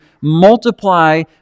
multiply